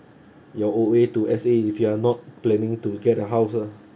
your O_A to S_A if you are not planning to get a house lah